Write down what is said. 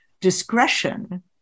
discretion